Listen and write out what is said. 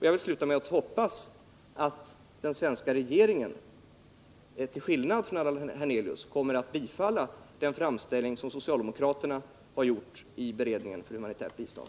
Jag vill sluta med att uttrycka förhoppningen att den svenska regeringen till skillnad från Allan Hernelius kommer att bifalla den framställning som socialdemokraterna har gjort i beredningen för humanitärt bistånd.